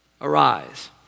arise